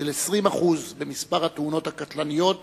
של 20% במספר התאונות הקטלניות